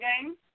game